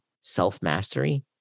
self-mastery